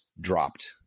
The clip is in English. dropped